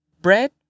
Bread